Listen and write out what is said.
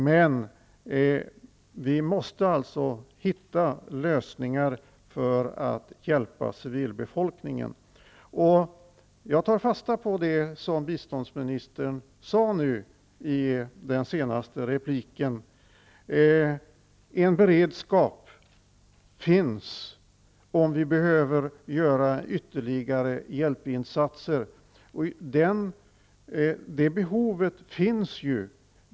Men vi måste hitta lösningar för att hjälpa civilbefolkningen. Jag tar fasta på det som biståndsministern sade i sitt senaste inlägg, nämligen att det finns en beredskap om vi behöver göra ytterligare hjälpinsatser. Det behovet finns.